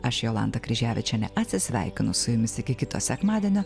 aš jolanta kryževičienė atsisveikinu su jumis iki kito sekmadienio